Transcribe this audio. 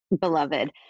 beloved